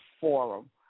forum